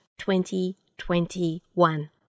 2021